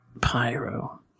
Pyro